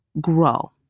grow